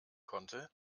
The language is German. konnte